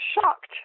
shocked